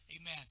amen